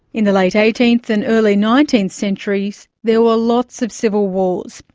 in the late eighteenth and early nineteenth centuries there were lots of civil wars,